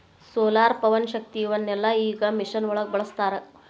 solar, ಪವನಶಕ್ತಿ ಇವನ್ನೆಲ್ಲಾ ಈಗ ಮಿಷನ್ ಒಳಗ ಬಳಸತಾರ